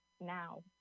now